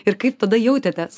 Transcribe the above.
ir kaip tada jautėtės